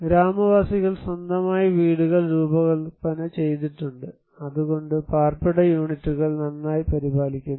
ഗ്രാമവാസികൾ സ്വന്തമായി വീടുകൾ രൂപകൽപ്പന ചെയ്തിട്ടുണ്ട് അതുകൊണ്ടു പാർപ്പിട യൂണിറ്റുകൾ നന്നായി പരിപാലിക്കുന്നു